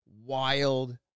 wild